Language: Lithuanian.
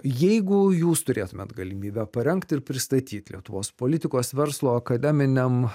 jeigu jūs turėtumėt galimybę parengti ir pristatyt lietuvos politikos verslo akademiniam